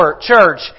church